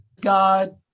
god